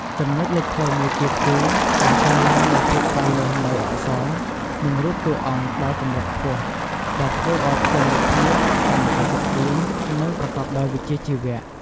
ចំណុចលេចធ្លោមួយទៀតគឺ ការកើនឡើងនូវភាពច្បាស់លាស់នៃអក្សរ និងរូបតួអង្គដល់កម្រិតខ្ពស់ ដែលធ្វើឲ្យផ្ទាំងរូបភាពកាន់តែទាក់ទាញ និងប្រកបដោយវិជ្ជាជីវៈ។